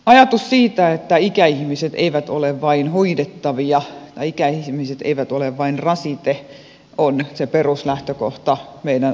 ajatus siitä että ikäihmiset eivät ole vain hoidettavia tai ikäihmiset eivät ole vain rasite on se peruslähtökohta meidän arvomaailmassamme